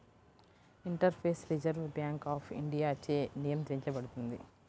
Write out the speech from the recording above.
interface reserve bank of ఇండియాచే నియంత్రించబడుతుంది